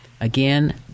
Again